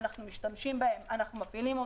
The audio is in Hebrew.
אנחנו משתמשים בהם ומפעילים אותם.